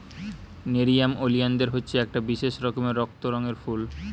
nerium ওলিয়ানদের হচ্ছে একটা বিশেষ রকমের রক্ত রঙের ফুল